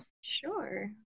sure